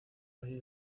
valle